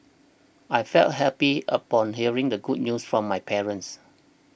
I felt happy upon hearing the good news from my parents